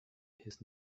his